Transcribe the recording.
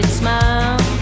smile